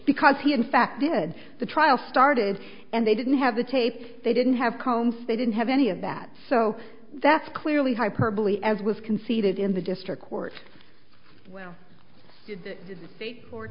because he in fact did the trial started and they didn't have the tape if they didn't have colmes they didn't have any of that so that's clearly hyperbole as was conceded in the district court